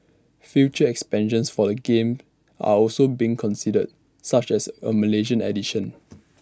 future expansions for the game are also being considered such as A Malaysian edition